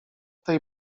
tej